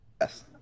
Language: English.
Yes